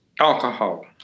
alcohol